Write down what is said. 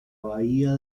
bahía